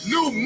New